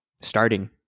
starting